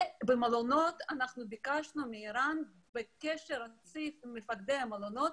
לגבי המלונות ביקשנו מער"ן להיות בקשר רצוף עם מפקדי המלונות,